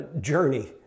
journey